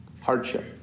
hardship